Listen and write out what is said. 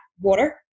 water